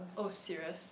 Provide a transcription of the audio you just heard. oh serious